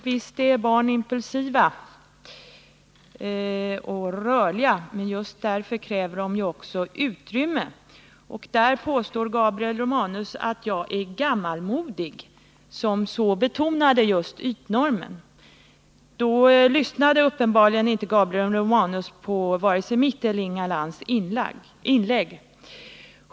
Visst är barn impulsiva och rörliga, men just därför kräver de också utrymme. Gabriel Romanus påstod att jag är gammalmodig därför att jag betonar ytnormen. Gabriel Romanus lyssnade uppenbarligen inte vare sig på mitt eller på Inga Lantz inlägg.